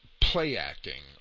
play-acting